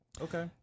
Okay